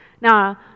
Now